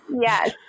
Yes